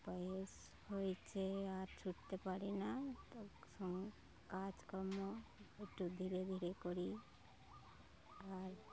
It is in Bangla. বয়স হয়েছে আর ছুটতে পারি না তো সং কাজকর্ম একটু ধীরে ধীরে করি আর